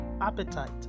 appetite